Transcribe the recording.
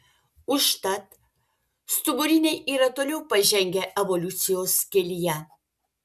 užtat stuburiniai yra toliau pažengę evoliucijos kelyje